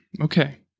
Okay